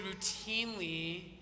routinely